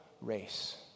race